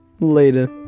later